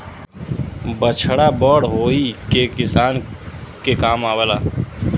बछड़ा बड़ होई के किसान के काम आवेला